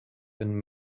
been